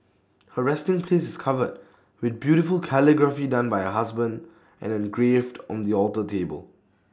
her resting place is covered with beautiful calligraphy done by her husband and engraved on the alter table